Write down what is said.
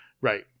Right